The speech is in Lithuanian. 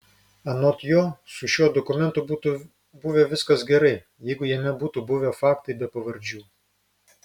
anot jo su šiuo dokumentu būtų buvę viskas gerai jeigu jame būtų buvę faktai be pavardžių